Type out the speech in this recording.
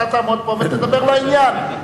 ואתה תעמוד פה ותדבר לעניין,